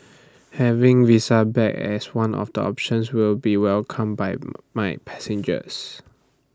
having visa back as one of the options will be welcomed by my passengers